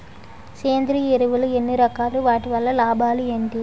సేంద్రీయ ఎరువులు ఎన్ని రకాలు? వాటి వల్ల లాభాలు ఏంటి?